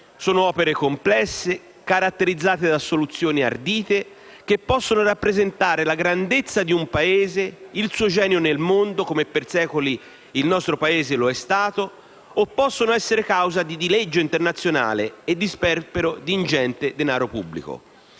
sono opere complesse, caratterizzate da soluzioni ardite, che possono rappresentare la grandezza di un Paese e il suo genio nel mondo - come per secoli avvenuto nel nostro Paese - o possono essere causa di dileggio internazionale e di sperpero di ingente denaro pubblico.